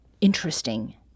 interesting